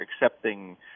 accepting